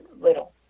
Little